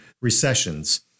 recessions